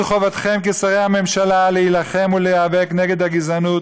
זו חובתכם כשרי הממשלה להילחם ולהיאבק נגד הגזענות